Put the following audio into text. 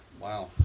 Wow